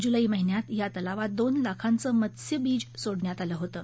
जुलै महिन्यात या तलावात दोन लाखांचं मत्स्यबिज सोडण्यात आलं होतं